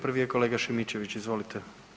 Prvi je kolega Šimičević, izvolite.